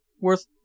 worth